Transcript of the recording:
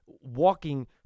walking